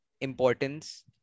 importance